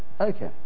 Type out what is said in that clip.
okay